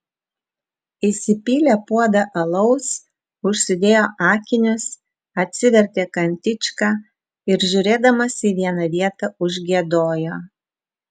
įsipylė puodą alaus užsidėjo akinius atsivertė kantičką ir žiūrėdamas į vieną vietą užgiedojo